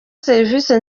serivisi